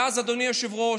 ואז, אדוני היושב-ראש,